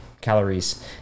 calories